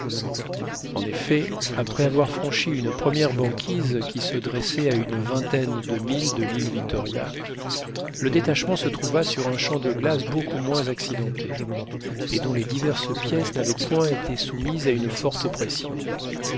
en effet après avoir franchi une première banquise qui se dressait à une vingtaine de milles de l'île victoria le détachement se trouva sur un champ de glace beaucoup moins accidenté et dont les diverses pièces n'avaient point été soumises à une forte pression